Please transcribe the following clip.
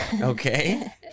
Okay